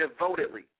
devotedly